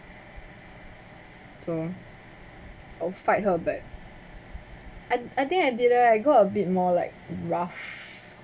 so I'll fight her back I I think I did I go a bit more like rough